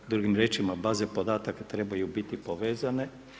Drugim riječima, baze podatka trebaju biti povezane.